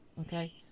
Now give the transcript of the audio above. okay